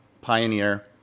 pioneer